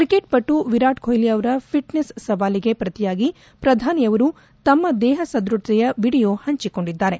cricket ಪಟು ವಿರಾಟ್ ಕೊಹ್ಲಿ ಅವರ fitness ಸವಾಲಿಗೆ ಪ್ರತಿಯಾಗಿ ಪ್ರಧಾನಿಯವರು ತಮ್ನ ದೇಹ ಸದೃಢತೆಯ ವಿಡಿಯೋ ಹಂಚಿಕೊಂಡಿದ್ದಾರೆ